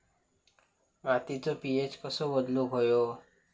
मातीचो पी.एच कसो बदलुक होयो?